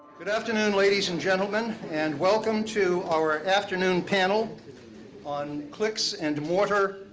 good afternoon, ladies and gentlemen. and welcome to our afternoon panel on clicks and mortar,